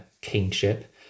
kingship